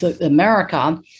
America